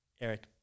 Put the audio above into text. Eric